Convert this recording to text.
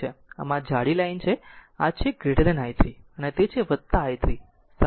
આમ આ જાડી લાઇન છે અને આ છે i 3 અને તે તે છે i 3 સમય છે